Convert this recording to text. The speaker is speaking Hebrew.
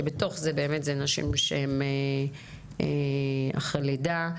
שבתוך זה באמת זה נשים שהן אחרי לידה.